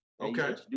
Okay